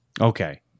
Okay